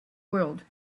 world